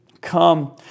Come